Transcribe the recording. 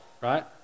right